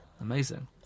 amazing